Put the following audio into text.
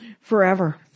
Forever